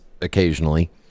occasionally